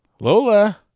lola